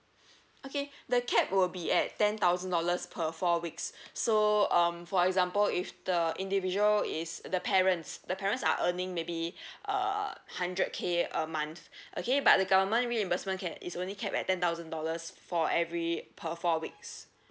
okay the cap will be at ten thousand dollars per four weeks so um for example if the individual is the parents the parents are earning maybe a hundred K a month okay but the government reimbursement cap is only capped at ten thousand dollars for every per four weeks